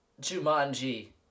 Jumanji